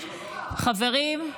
חברים,